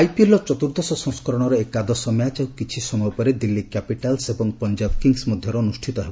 IPL ଆଇପିଏଲ୍ର ଚତ୍ରର୍ଦ୍ଦଶ ସଂସ୍କରଣର ଏକାଦଶ ମ୍ୟାଚ୍ ଆଉ କିଛି ସମୟ ପରେ ଦିଲ୍ଲୀ କ୍ୟାପିଟାଲ୍ ଏବଂ ପଞ୍ଜାବ୍ କିଙ୍ଗ୍ସ୍ ମଧ୍ୟରେ ଅନୁଷ୍ଠିତ ହେବ